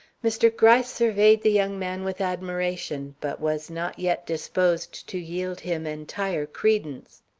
mr. gryce surveyed the young man with admiration, but was not yet disposed to yield him entire credence.